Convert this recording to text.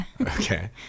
Okay